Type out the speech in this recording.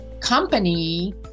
company